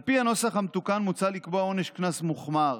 על פי הנוסח המתוקן, מוצע לקבוע עונש קנס מוחמר